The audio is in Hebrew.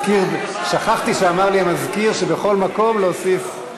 שכחתי שאמר לי המזכיר שבכל מקום להוסיף,